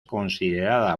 considerada